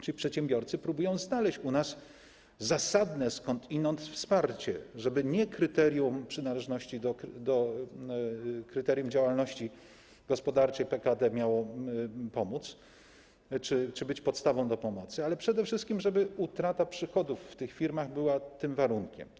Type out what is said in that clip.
Ci przedsiębiorcy próbują znaleźć u nas zasadne skądinąd wsparcie, żeby nie przynależność do kryterium działalności gospodarczej PKD miała pomóc czy być podstawą do pomocy, ale przede wszystkim, żeby utrata przychodów w tych firmach była tym warunkiem.